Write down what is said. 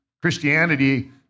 Christianity